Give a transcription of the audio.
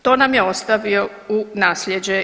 To nam je ostavio u nasljeđe.